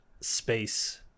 space